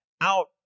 out